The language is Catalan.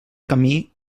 camí